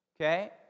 Okay